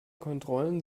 kontrollen